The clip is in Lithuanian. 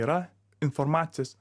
yra informacijos